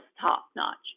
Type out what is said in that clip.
top-notch